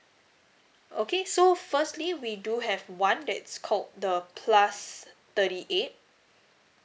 okay so firstly we do have one that's called the plus thirty eight